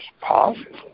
positive